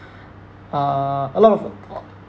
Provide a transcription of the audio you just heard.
uh a lot of